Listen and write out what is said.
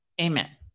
Amen